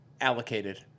allocated